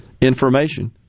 information